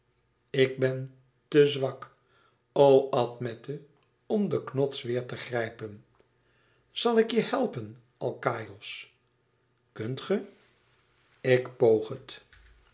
ik ben tè zwak o admete om den knots weêr te grijpen zal ik je helpen alkaïos kunt ge ik poog het